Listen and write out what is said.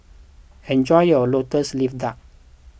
enjoy your Lotus Leaf Duck